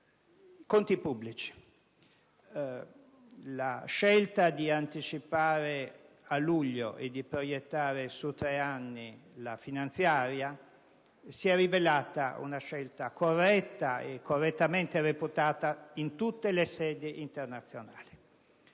conti pubblici, la scelta di anticipare a luglio e di proiettare su tre anni la finanziaria si è rivelata una scelta corretta e correttamente reputata in tutte le sedi internazionali.